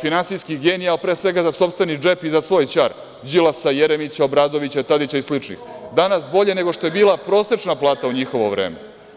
finansijskih genija, a pre svega za sopstveni džep i za svoj ćar Đilasa, Jeremića, Obradovića, Tadića i sličnih, danas bolje nego što je bila prosečna plata u njihovo vreme.